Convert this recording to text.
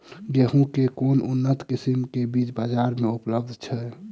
गेंहूँ केँ के उन्नत किसिम केँ बीज बजार मे उपलब्ध छैय?